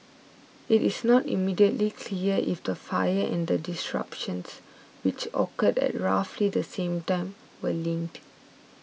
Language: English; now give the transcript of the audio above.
it is not immediately clear if the fire and the disruption which occurred at roughly the same time were linked